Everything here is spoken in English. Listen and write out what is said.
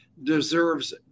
deserves